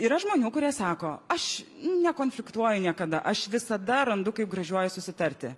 yra žmonių kurie sako aš nekonfliktuoju niekada aš visada randu kaip gražiuoju susitarti